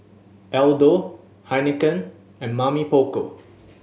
Aldo Heinekein and Mamy Poko